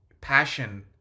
passion